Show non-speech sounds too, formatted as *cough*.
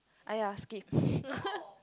!aiya! skip *laughs*